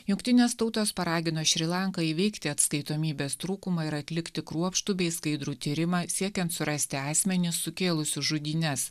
jungtinės tautos paragino šri lanką įveikti atskaitomybės trūkumą ir atlikti kruopštų bei skaidrų tyrimą siekiant surasti asmenis sukėlusius žudynes